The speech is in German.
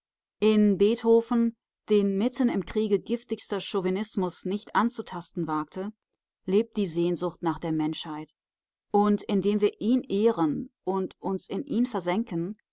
in beethoven den mitten im kriege giftigster chauvinismus nicht anzutasten wagte lebt die sehnsucht nach der menschheit und indem wir ihn ehren und uns in ihn versenken